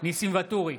ניסים ואטורי,